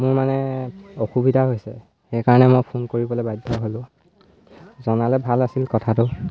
মোৰ মানে অসুবিধা হৈছে সেইকাৰণে মই ফোন কৰিবলৈ বাধ্য হ'লোঁ জনালে ভাল আছিল কথাটো